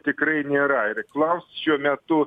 tikrai nėra ir klaust šiuo metu